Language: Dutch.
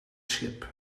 schip